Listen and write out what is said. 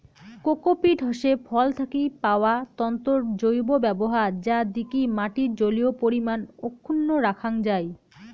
cocopeat হসে ফল থাকি পাওয়া তন্তুর জৈব ব্যবহার যা দিকি মাটির জলীয় পরিমান অক্ষুন্ন রাখাং যাই